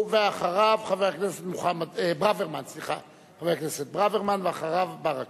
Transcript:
ואחריו, חבר הכנסת ברוורמן, ואחריו, ברכה.